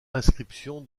inscription